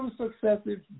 successive